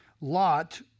Lot